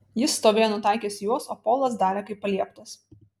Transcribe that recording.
jis stovėjo nutaikęs į juos o polas darė kaip palieptas